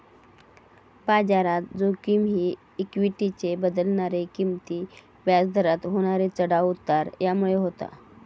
बाजारात जोखिम ही इक्वीटीचे बदलणारे किंमती, व्याज दरात होणारे चढाव उतार ह्यामुळे होता